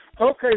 Okay